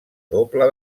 doble